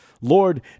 Lord